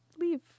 leave